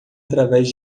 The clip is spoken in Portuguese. através